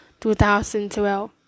2012